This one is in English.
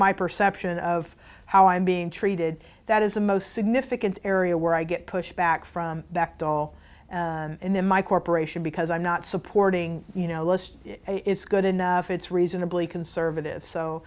my perception of how i'm being treated that is the most significant area where i get pushback from back to all in my corporation because i'm not supporting you know list is good enough it's reasonably conservative so